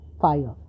fire